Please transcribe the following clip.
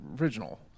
original